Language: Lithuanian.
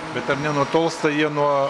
bet ar nenutolsta jie nuo